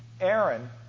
Aaron